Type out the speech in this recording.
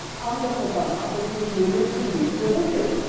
under obama that he's willing to leave the region.